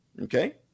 Okay